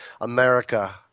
America